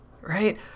right